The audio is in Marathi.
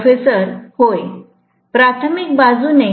प्रोफेसर होय प्राथमिक बाजूने